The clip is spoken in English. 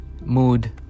mood